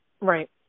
Right